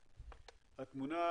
התמונה,